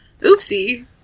Oopsie